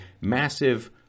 massive